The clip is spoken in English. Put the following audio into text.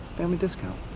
family discount.